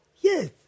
yes